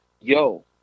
yo